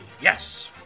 Yes